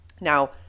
now